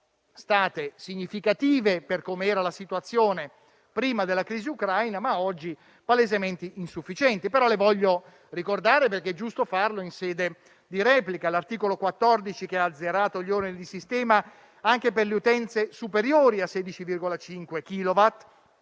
fossero significative per affrontare la situazione prima della crisi ucraina, ma siano oggi palesemente insufficienti. Le voglio ricordare, perché è giusto farlo in sede di replica. L'articolo 14 ha azzerato gli oneri di sistema anche per le utenze superiori a 16,5 kilowatt,